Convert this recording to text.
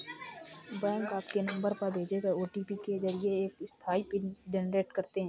bank आपके number पर भेजे गए ओ.टी.पी के जरिए एक अस्थायी पिन जनरेट करते हैं